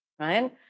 Right